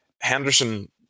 Henderson